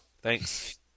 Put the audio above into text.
Thanks